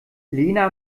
lena